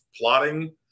plotting